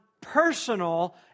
personal